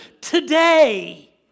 today